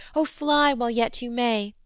o fly, while yet you may!